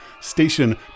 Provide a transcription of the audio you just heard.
station